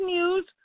News